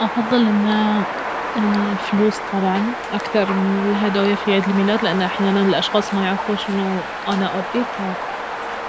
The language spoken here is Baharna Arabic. افضل انه الفلوس طبعا اكثر من الهدايا في عيد الميلاد لانه أحيانا الأشخاص ما يعرفون شنو انا ابي ف-